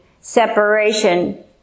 separation